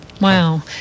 Wow